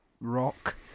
rock